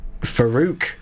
Farouk